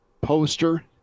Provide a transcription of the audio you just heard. poster